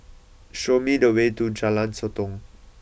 show me the way to Jalan Sotong